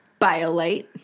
BioLite